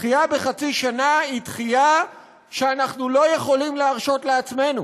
דחייה בחצי שנה היא דחייה שאנחנו לא יכולים להרשות לעצמנו.